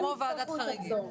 כמו ועדת חריגים.